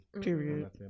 Period